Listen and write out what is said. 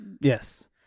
Yes